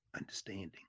understanding